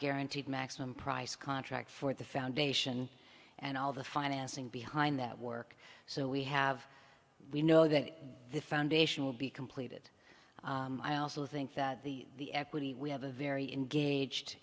guaranteed maximum price contract for the foundation and all of the financing behind that work so we have we know that the foundation will be completed i also think that the the equity we have a very in gauged